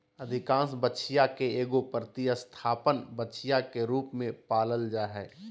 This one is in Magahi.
अधिकांश बछिया के एगो प्रतिस्थापन बछिया के रूप में पालल जा हइ